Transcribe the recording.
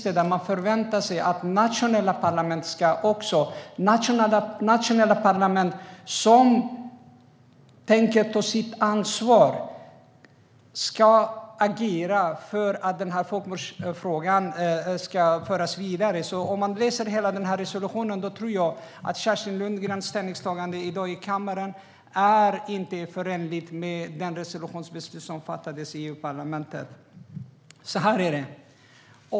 Där står att nationella parlament förväntas ta sitt ansvar och agera för att folkmordsfrågan ska föras vidare. Jag tycker inte att Kerstin Lundgrens ställningstagande i kammaren i dag är förenligt med den resolution som antogs i EU-parlamentet.